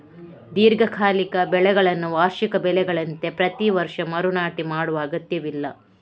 ದೀರ್ಘಕಾಲಿಕ ಬೆಳೆಗಳನ್ನ ವಾರ್ಷಿಕ ಬೆಳೆಗಳಂತೆ ಪ್ರತಿ ವರ್ಷ ಮರು ನಾಟಿ ಮಾಡುವ ಅಗತ್ಯವಿಲ್ಲ